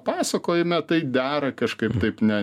pasakojime tai dera kažkaip taip ne